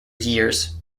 years